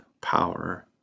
power